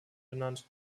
benannt